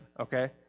okay